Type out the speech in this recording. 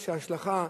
כשההשלכה,